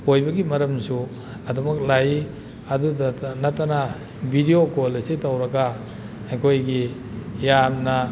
ꯑꯣꯏꯕꯒꯤ ꯃꯔꯝꯁꯨ ꯑꯗꯨꯃꯛ ꯂꯥꯛꯏ ꯑꯗꯨꯇ ꯅꯠꯇꯅ ꯕꯤꯗꯤꯑꯣ ꯀꯣꯜ ꯑꯁꯦ ꯇꯧꯔꯒ ꯑꯩꯈꯣꯏꯒꯤ ꯌꯥꯝꯅ